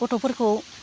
गथ'फोरखौ